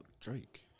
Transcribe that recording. Drake